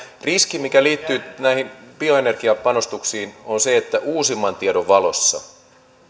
riski mikä liittyy näihin bioenergiapanostuksiin on se että uusimman tiedon valossa